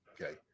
Okay